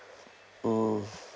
hmm